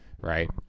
Right